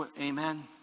Amen